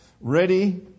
Ready